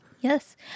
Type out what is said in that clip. yes